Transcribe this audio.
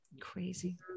crazy